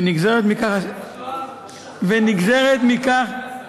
ונגזרת מכך, ונגזרת מכך, השכפ"ץ.